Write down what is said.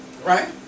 Right